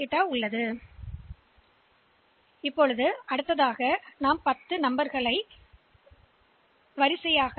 எனவே அது இப்போது பதிவுசெய்யப்பட்ட பி யில் கிடைக்கும்